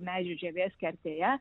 medžių žievės kertėje